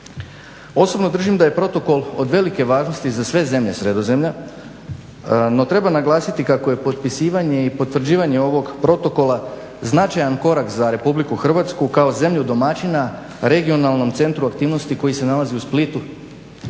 Osobno držim da je protokol od velike važnosti za sve zemlje Sredozemlja, no treba naglasiti kako je potpisivanje i potvrđivanje ovog protokola značajan korak za Republiku Hrvatsku kao zemlju domaćina regionalnom centru aktivnosti koji se nalazi u Splitu,